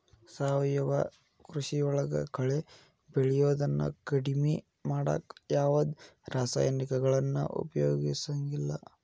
ಸಾವಯವ ಕೃಷಿಯೊಳಗ ಕಳೆ ಬೆಳಿಯೋದನ್ನ ಕಡಿಮಿ ಮಾಡಾಕ ಯಾವದ್ ರಾಸಾಯನಿಕಗಳನ್ನ ಉಪಯೋಗಸಂಗಿಲ್ಲ